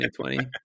2020